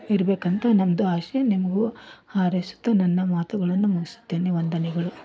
ಇರ್ಬೇಕಂತ ನಮ್ಮದು ಆಸೆ ನಿಮಗೂ ಹಾರೈಸುತ್ತಾ ನನ್ನ ಮಾತುಗಳನ್ನು ಮುಗಿಸುತ್ತೇನೆ ವಂದನೆಗಳು